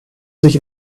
sich